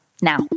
now